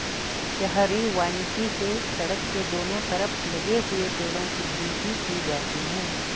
शहरी वानिकी से सड़क के दोनों तरफ लगे हुए पेड़ो की गिनती की जाती है